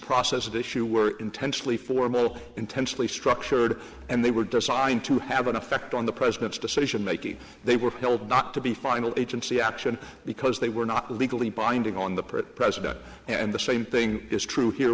process that issue were intentionally formal intensely structured and they were designed to have an effect on the president's decision making they were held not to be final agency action because they were not legally binding on the pretty president and the same thing is true here